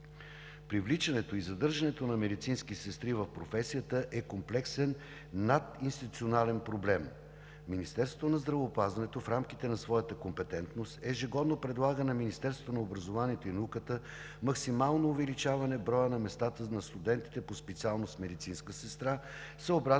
Привличането и задържането на медицински сестри в професията е комплексен, надинституционален проблем. Министерството на здравеопазването в рамките на своята компетентност ежегодно предлага на Министерството на образованието и науката максимално увеличаване на броя на местата на студентите по специалност „Медицинска сестра“, съобразно